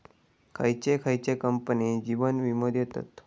खयचे खयचे कंपने जीवन वीमो देतत